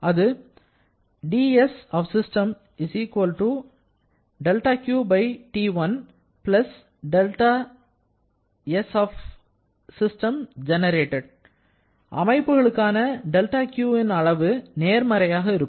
அது அமைப்புக்கான δQன் அளவு நேர்மறையாக இருக்கும்